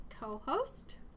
co-host